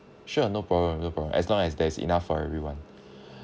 sure no problem no problem as long as there's enough for everyone